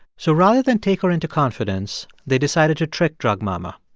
so rather than take her into confidence, they decided to trick drug mama.